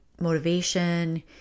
motivation